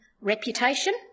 reputation